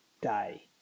day